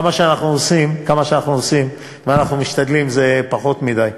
כמה שאנחנו עושים ואנחנו משתדלים זה פחות מדי.